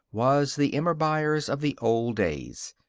was the emma byers of the old days.